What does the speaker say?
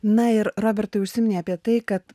na ir robertai užsiminei apie tai kad